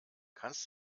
kannst